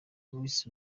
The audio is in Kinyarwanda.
louis